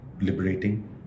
liberating